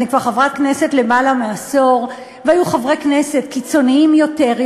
אני כבר חברת כנסת למעלה מעשור והיו חברי כנסת קיצוניים יותר,